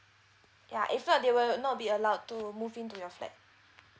ya if not they will not be allowed to move into your flat